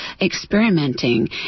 experimenting